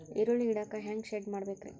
ಈರುಳ್ಳಿ ಇಡಾಕ ಹ್ಯಾಂಗ ಶೆಡ್ ಮಾಡಬೇಕ್ರೇ?